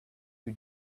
who